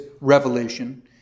Revelation